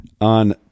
On